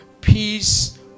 peace